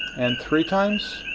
and three times?